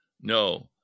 no